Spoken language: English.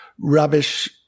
rubbish